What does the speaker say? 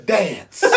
dance